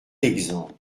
exemple